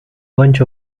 bunch